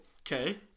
Okay